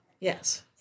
yes